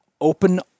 Open